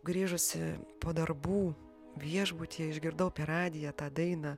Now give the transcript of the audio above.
grįžusi po darbų viešbutyje išgirdau per radiją tą dainą